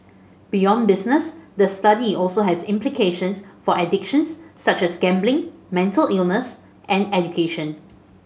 beyond business the study also has implications for addictions such as gambling mental illness and education